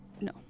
no